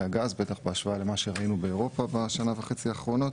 הגז בטח בהשוואה למה שראינו באירופה בשנה וחצי האחרונות